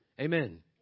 Amen